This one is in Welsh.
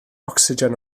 ocsigen